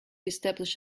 establish